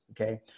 okay